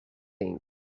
things